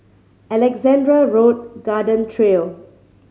Alexandra Road Garden Trail